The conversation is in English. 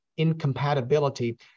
Incompatibility